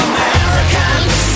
Americans